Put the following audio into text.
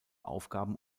aufgaben